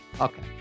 Okay